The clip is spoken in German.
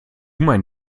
mein